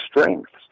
strengths